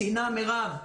שאלה מירב,